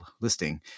listing